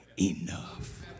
enough